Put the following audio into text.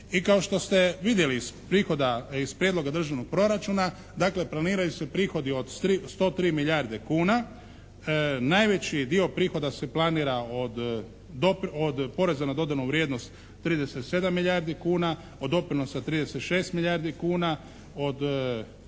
I kao što ste vidjeli iz prijedloga državnog proračuna, dakle planiraju se prihodi od 103 milijarde kuna. Najveći dio prihoda se planira od poreza na dodanu vrijednost 37 milijardi kuna, od doprinosa 36 milijardi kuna, od